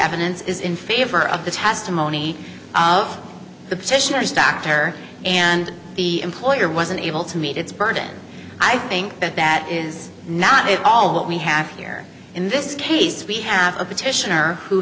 evidence is in favor of the testimony of the petitioners doctor and the employer was unable to meet its burden i think but that is not at all what we have here in this case we have a petitioner who